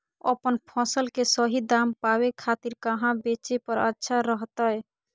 अपन फसल के सही दाम पावे खातिर कहां बेचे पर अच्छा रहतय?